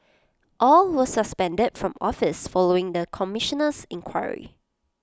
all were suspended from office following the Commissioner's inquiry